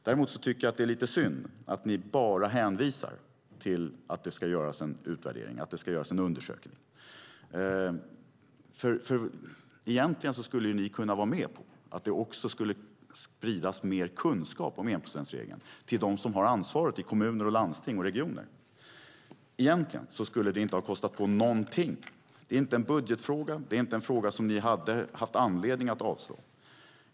Däremot tycker jag att det är lite synd att ni bara hänvisar till att det ska göras en utvärdering, att det ska göras en undersökning. För egentligen skulle ni kunna vara med på att det också skulle spridas mer kunskap om enprocentsregeln till dem som har ansvaret i kommuner, landsting och regioner. Egentligen skulle det inte ha kostat någonting. Det är inte en budgetfråga. Det är inte en fråga som ni hade haft anledning att avslå.